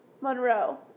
Monroe